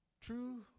True